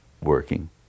working